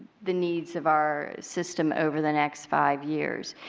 the needs of our system over the next five years.